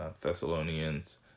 Thessalonians